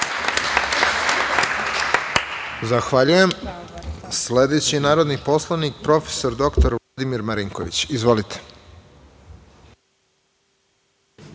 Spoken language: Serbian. Zahvaljujem. Sledeći je narodni poslanik prof. dr Vladimir Marinković. Izvolite.